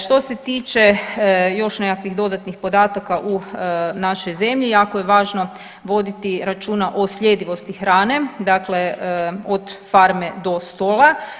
Što se tiče još nekakvih dodatnih podataka u našoj zemlji jako je važno voditi računa o sljedivosti hrane, dakle od farme do stola.